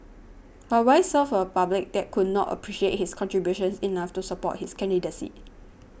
but why serve a public that could not appreciate his contributions enough to support his candidacy